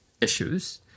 issues